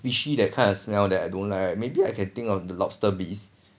fishy that kind of smell then I don't like maybe I can think of the lobster bisque